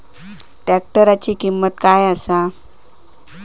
ट्रॅक्टराची किंमत काय आसा?